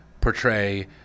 portray